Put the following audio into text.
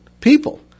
people